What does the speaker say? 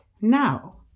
now